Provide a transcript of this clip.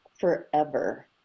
forever